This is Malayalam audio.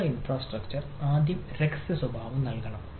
സുരക്ഷാ ഇൻഫ്രാസ്ട്രക്ചർ ആദ്യം രഹസ്യസ്വഭാവം നൽകണം